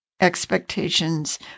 expectations